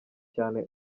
cyane